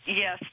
Yes